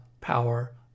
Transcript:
power